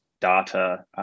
data